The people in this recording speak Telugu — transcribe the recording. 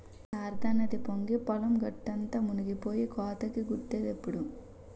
శారదానది పొంగి పొలం గట్టంతా మునిపోయి కోతకి గురైందిప్పుడు